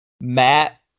Matt